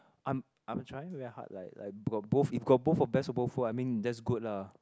I'm I'm trying very hard like like got both if got both of best of both world I mean that's good lah